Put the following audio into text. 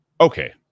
Okay